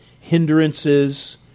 hindrances